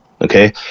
Okay